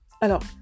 Alors